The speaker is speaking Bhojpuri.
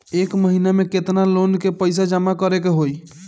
एक महिना मे केतना लोन क पईसा जमा करे क होइ?